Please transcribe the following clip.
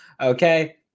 okay